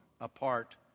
apart